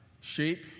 shape